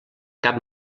cap